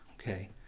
okay